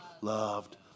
loved